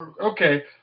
Okay